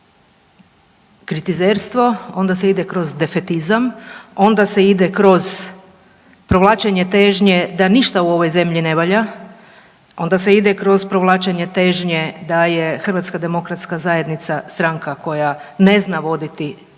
kritizerstvo, onda se ide kroz defetizam, onda se ide kroz provlačenje težnje da ništa u ovoj zemlji ne valja, onda se ide kroz provlačenje težnje da je HDZ stranka koja ne zna voditi ovu